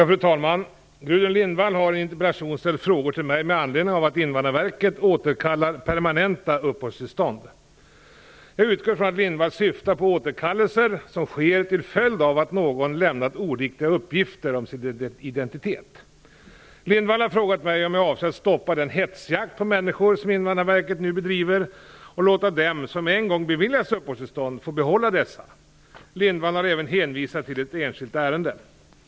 Fru talman! Gudrun Lindvall har i en interpellation ställt frågor till mig med anledning av att Invandrarverket återkallar permanenta uppehållstillstånd. Jag utgår ifrån att Gudrun Lindvall syftar på återkallelser som sker till följd av att någon lämnat oriktiga uppgifter om sin identitet. Gudrun Lindvall har frågat mig om jag avser att stoppa den hetsjakt på människor som Invandrarverket nu bedriver, och låta dem som en gång beviljats uppehållstillstånd få behålla dessa. Gudrun Lindvall har även hänvisat till ett enskilt ärende.